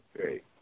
Great